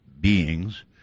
beings